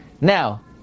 Now